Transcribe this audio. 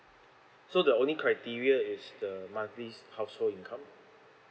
so the only criteria is the monthly household income